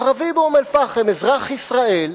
ערבי באום-אל-פחם, אזרח ישראל,